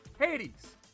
hades